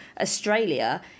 Australia